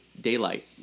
daylight